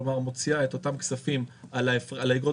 כלומר מוציאה את אותם כספים על איגרות